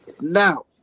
Now